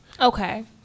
Okay